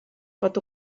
pot